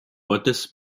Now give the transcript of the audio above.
ortes